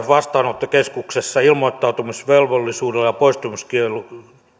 vastaanottokeskuksessa ilmoittautumisvelvollisuudella ja poistumiskiellolla